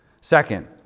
Second